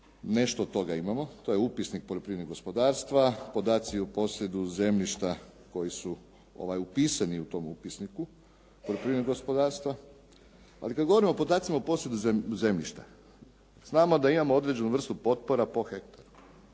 Nešto od toga imamo. To je upisnik poljoprivrednog gospodarstva, podaci o posjedu zemljišta koji su upisani u tom upisniku poljoprivrednog gospodarstva. Ali kad govorimo o podacima o posjedu zemljišta znamo da imamo određenu vrstu potpora po hektaru,